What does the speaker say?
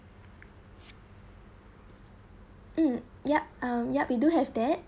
mm yup um yup we do have that